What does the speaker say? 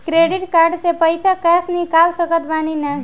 Credit card से पईसा cash निकाल सकत बानी की ना?